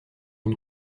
une